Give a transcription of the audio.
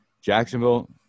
Jacksonville